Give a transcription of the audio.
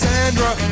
Sandra